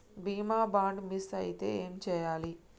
బీమా bond miss అయితే ఏం చేయాలి?